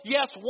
Yes